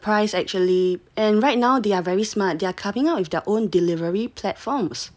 yeah I I am surprised actually and right now they are very smart they're coming out with their own delivery platforms